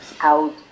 out